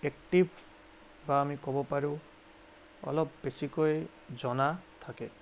active বা আমি কব পাৰোঁ অলপ বেছিকৈ জনা থাকে